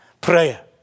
prayer